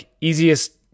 easiest